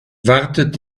wartet